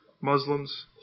Muslims